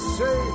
say